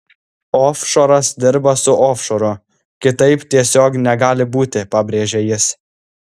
ofšoras dirba su ofšoru kitaip tiesiog negali būti pabrėžė jis